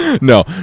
No